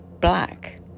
black